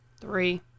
Three